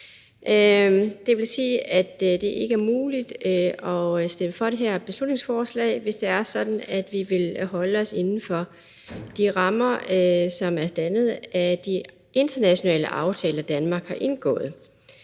Det vil sige, at det ikke er muligt at stemme for det her beslutningsforslag, hvis det er sådan, at vi vil holde os inden for de rammer, som er dannet af de internationale aftaler, Danmark har indgået,